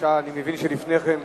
אני מבין שלפני כן,